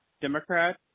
Democrat